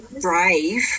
brave